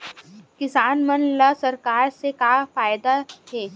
किसान मन ला सरकार से का फ़ायदा हे?